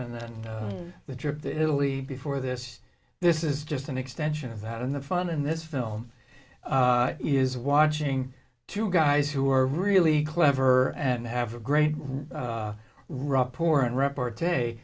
and then the trip to italy before this this is just an extension of that and the fun in this film is watching two guys who are really clever and have a great rapport and report today